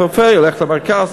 הפריפריה הולכת למרכז.